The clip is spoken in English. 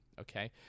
Okay